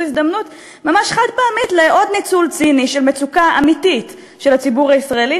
הזדמנות ממש חד-פעמית לעוד ניצול ציני של מצוקה אמיתית של הציבור הישראלי